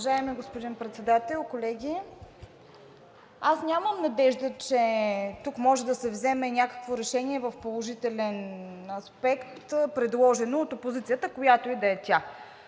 Уважаеми господин Председател, колеги! Аз нямам надежда, че тук може да се вземе някакво решение в положителен аспект, предложено от опозицията. Която и да е тя,